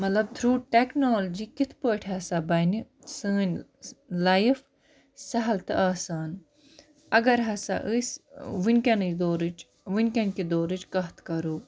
مطلب through technology کِتھ پٲٹھۍ ہَسا بَنہِ سٲنۍ لایِف سَہل تہٕ آسان اَگَر ہَسا أسۍ وٕنۍ کٮ۪نٕچ دورٕچ وٕنۍکٮ۪ن کہِ دورٕچ کَتھ کَرو